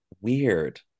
weird